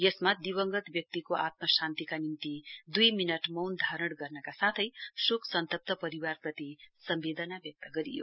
यसमा दिवंगत व्यक्तिको आत्मशान्तिका निम्ति दुई मिनट मौन धारण गर्नका साथै शोक सन्वप्त परिवारप्रति सम्वेदना व्यक्त गरियो